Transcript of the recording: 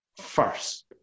first